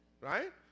right